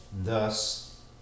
thus